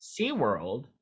SeaWorld